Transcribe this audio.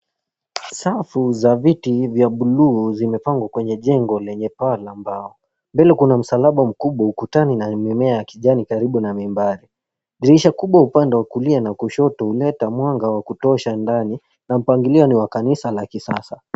Safu za viti vya bluu zimepangwa kwenye jengo lenye paa la mbao mbele kuna msalaba mkubu ukutani na mimea ya kijani karibu na mimbari. Dirisha kubwa upande wa kulia na kushoto una leta mwanga wa kutosha ndani na mpangilio ni wa kanisa la kisasa.